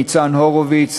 ניצן הורוביץ,